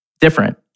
different